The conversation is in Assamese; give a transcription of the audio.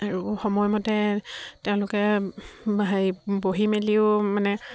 আৰু সময়মতে তেওঁলোকে হেৰি বহি মেলিও মানে